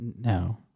No